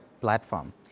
platform